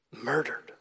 murdered